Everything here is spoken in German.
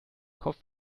kopf